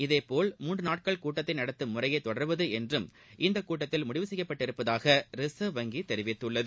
இதேபோன்று மூன்று நாட்கள் கூட்டத்தை நடத்தும் முறையை தொடர்வது என்றும் இந்த கூட்டத்தில் முடிவு செய்யப்பட்டுள்ளதாக ரிசா்வ் வங்கி தெரிவித்துள்ளது